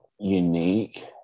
unique